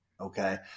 okay